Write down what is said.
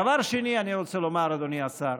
דבר שני שאני רוצה לומר, אדוני השר,